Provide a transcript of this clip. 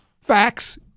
Facts